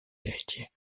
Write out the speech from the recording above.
héritiers